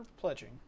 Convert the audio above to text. pledging